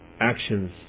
actions